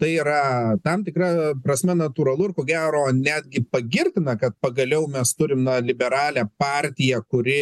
tai yra tam tikra prasme natūralu ir ko gero netgi pagirtina kad pagaliau mes turim na liberalią partiją kuri